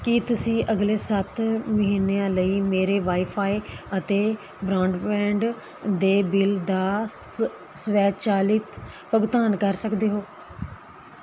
ਕੀ ਤੁਸੀਂਂ ਅਗਲੇ ਸੱਤ ਮਹੀਨਿਆਂ ਲਈ ਮੇਰੇ ਵਾਈਫ਼ਾਈ ਅਤੇ ਬਰੋਂਡਬੈਂਡ ਦੇ ਬਿੱਲ ਦਾ ਸ ਸਵੈਚਾਲਿਤ ਭੁਗਤਾਨ ਕਰ ਸਕਦੇ ਹੋ